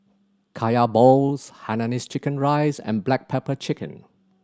Kaya balls hainanese chicken rice and black pepper chicken